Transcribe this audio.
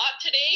today